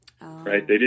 right